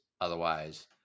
Otherwise